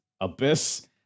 Abyss